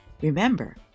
remember